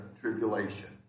tribulation